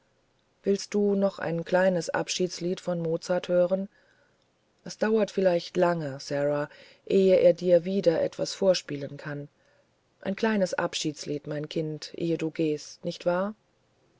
willst du noch ein kleines abschiedslied von mozart hören es dauert vielleicht lange sara ehe er dir wieder etwas vorspielen kann ein kleines abschiedslied mein kind ehedugehst nichtwahr